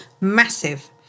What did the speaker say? massive